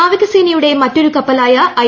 നാവികസേനയുടെ മറ്റൊരു കപ്പലായ ഐ